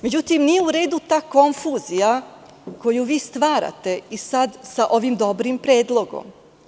Međutim, nije u redu ta konfuzija koju vi stvarate i sad sa ovim dobrim predlogom.